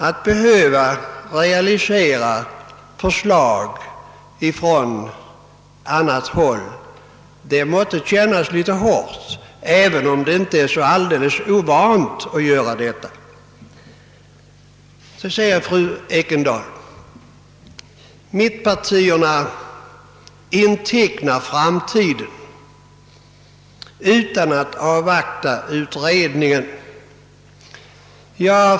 Att behöva realisera förslag från annat håll måtte kännas litet hårt, även om man inte är så ovan att göra detta. Fru Ekendahl säger att mittenpartierna intecknar framtiden utan att avvakta utredningens förslag.